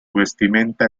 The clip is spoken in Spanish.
vestimenta